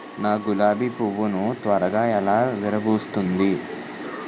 నా గులాబి పువ్వు ను త్వరగా ఎలా విరభుస్తుంది?